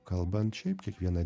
kalbant šiaip kiekvieną